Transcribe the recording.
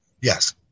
Yes